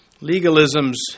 Legalism's